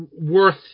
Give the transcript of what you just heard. worth